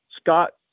scott